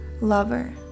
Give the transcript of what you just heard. lover